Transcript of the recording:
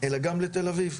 אלא גם לתל אביב,